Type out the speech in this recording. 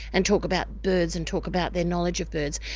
and talk about birds and talk about their knowledge of birds.